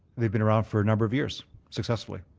they've been around for a number of years successfully.